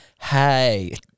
hey